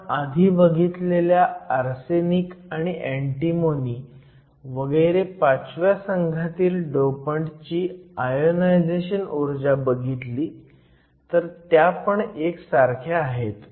आपण आधी बघितलेल्या आर्सेनिक आणि अँटीमोनी वगैरे 5व्या संघातील डोपंटची आयोनायझेशन ऊर्जा बघितली तर त्या पण एकसारख्या आहेत